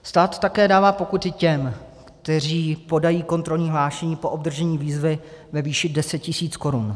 Stát také dává pokuty těm, kteří podají kontrolní hlášení po obdržení výzvy ve výši 10 tisíc korun.